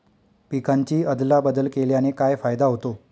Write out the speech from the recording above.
पिकांची अदला बदल केल्याने काय फायदा होतो?